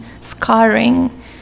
scarring